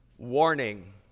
Warning